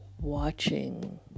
watching